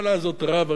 הרי מה אני אומר פה,